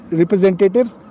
representatives